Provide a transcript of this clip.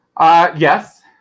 Yes